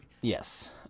Yes